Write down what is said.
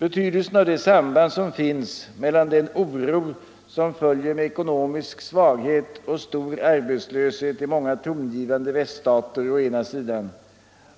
Betydelsen av det samband som finns mellan den oro som följer med ekonomisk svaghet och stor arbetslöshet i många tongivande väststater å ena sidan